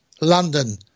London